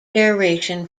aeration